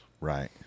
Right